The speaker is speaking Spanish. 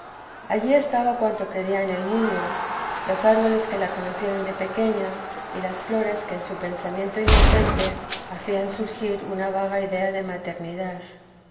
allí estaba cuanto quería en el mundo los árboles que la conocieron de pequeña y las flores que en su pensamiento inocente hacían surgir una vaga idea de maternidad